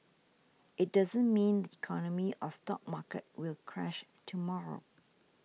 it doesn't mean the economy or stock market will crash tomorrow